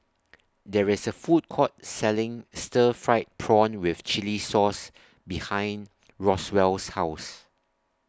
There IS A Food Court Selling Stir Fried Prawn with Chili Sauce behind Roswell's House